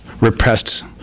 repressed